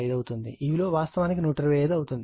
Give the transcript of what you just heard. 5 అవుతుంది ఈ విలువ వాస్తవానికి 125 అవుతుంది